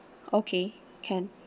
okay can